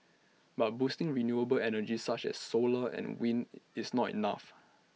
but boosting renewable energy such as solar and wind is not enough